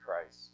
Christ